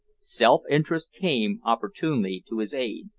self-interest came opportunely to his aid,